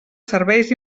serveis